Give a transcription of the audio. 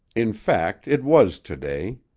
in fact it was to-day.